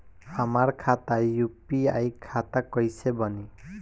हमार खाता यू.पी.आई खाता कइसे बनी?